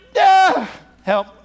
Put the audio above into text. Help